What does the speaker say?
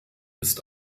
ist